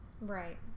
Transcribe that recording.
Right